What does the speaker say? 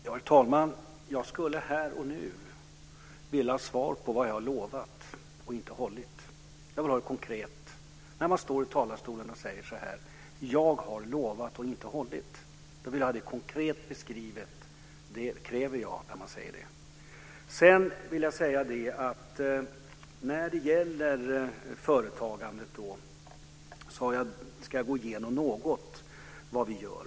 Herr talman! Jag skulle här och nu vilja ha ett konkret svar på vad jag har lovat och inte hållit. När man står i talarstolen och säger att jag har lovat och inte hållit det jag lovat vill jag ha det konkret beskrivet. Det kräver jag. När det gäller företagandet ska jag gå igenom något av vad vi gör.